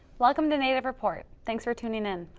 welcome to native report. thanks for tuning in.